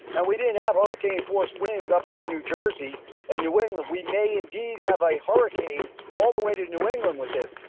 and we didn't have hurricane force winds up through new jersey and new england. we may, indeed, have a hurricane all the way to to new england with this.